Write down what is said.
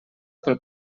pel